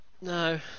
no